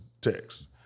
text